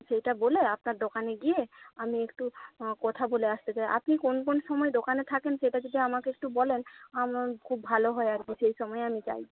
সেইটা বলে আপনার দোকানে গিয়ে আমি একটু কথা বলে আসতে চাই আপনি কোন কোন সময় দোকানে থাকেন সেটা যদি আমাকে একটু বলেন আমার খুব ভালো হয় আর কি সেইসময় আমি যাই